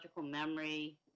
memory